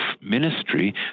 ministry